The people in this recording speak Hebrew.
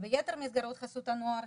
וביתר מסגרות חסות הנוער,